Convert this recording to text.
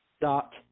dot